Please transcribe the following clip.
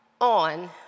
on